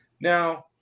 Now